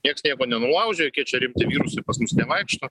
nieks nieko nenulaužė jokie čia rimti virusai pas mus nevaikšto